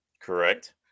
Correct